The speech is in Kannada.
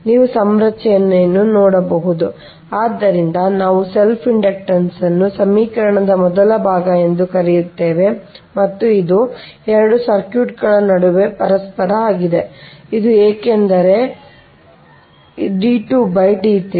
ನೀವು ಸಂರಚನೆಯನ್ನು ನೋಡಬಹುದು ಆದ್ದರಿಂದ ನಾವು selfಸೆಲ್ಫ್ ಇಂಡಕ್ಟನ್ಸ್ಸ್ನ್ನು ಸಮೀಕರಣದ್ ಮೊದಲ ಭಾಗ ಎಂದು ಕರೆಯುತ್ತೇವೆ ಮತ್ತು ಇದು 2 ಸರ್ಕ್ಯೂಟ್ಗಳ ನಡುವೆ ಪರಸ್ಪರ ಆಗಿದೆ ಇದು ಏಕೆಂದರೆ ನೋಡಿ d 2 d 3